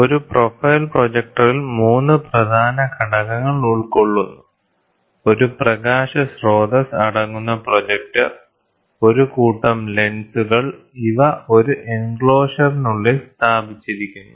ഒരു പ്രൊഫൈൽ പ്രൊജക്ടറിൽ 3 പ്രധാന ഘടകങ്ങൾ ഉൾക്കൊള്ളുന്നു ഒരു പ്രകാശ സ്രോതസ്സ് അടങ്ങുന്ന പ്രൊജക്ടർ ഒരു കൂട്ടം ലെൻസുകൾ ഇവ ഒരു എൻക്ലോഷറിനുള്ളിൽ സ്ഥാപിച്ചിരിക്കുന്നു